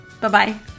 Bye-bye